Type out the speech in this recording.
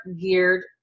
geared